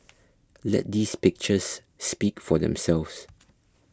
let these pictures speak for themselves